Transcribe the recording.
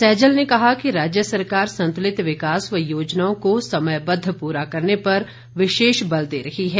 सैजल ने कहा कि राज्य सरकार संतुलित विकास व योजनाओं को समयबद्ध पूरा करने पर विशेष बल दे रही है